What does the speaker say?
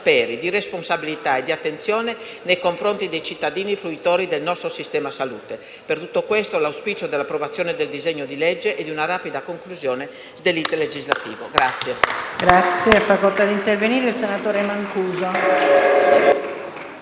di responsabilità e di attenzione nei confronti dei cittadini fruitori del nostro sistema salute. Per tutto questo, l'auspicio dell'approvazione del disegno dì legge e di una rapida conclusione dell'*iter* legislativo.